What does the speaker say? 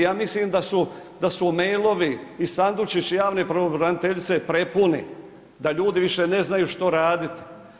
Ja mislim da su, da su mailovi i sandučići javne pravobraniteljice prepuni, da ljudi više ne znaju što raditi.